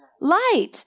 light